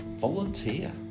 Volunteer